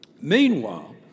Meanwhile